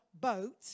boat